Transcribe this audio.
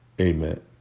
Amen